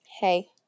hey